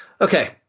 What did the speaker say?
Okay